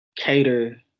cater